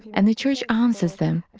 and the church answers them.